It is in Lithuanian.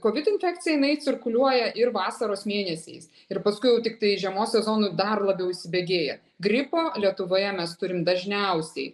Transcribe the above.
kovid inkekcija jinai cirkuliuoja ir vasaros mėnesiais ir paskui jau tiktai žiemos sezonu dar labiau įsibėgėja gripą lietuvoje mes turim dažniausiai